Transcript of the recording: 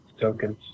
tokens